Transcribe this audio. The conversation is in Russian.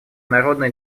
народно